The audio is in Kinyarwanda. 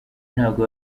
ntabwo